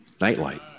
nightlight